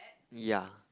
ya